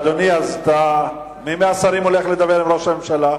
אדוני, מי מהשרים הולך לדבר עם ראש הממשלה?